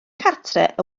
cartref